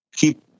keep